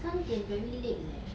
三点 very late leh